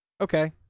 Okay